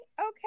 okay